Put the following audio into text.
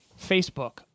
Facebook